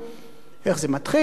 איך זה מתחיל,